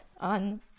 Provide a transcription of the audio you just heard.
on